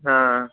हां